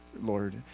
Lord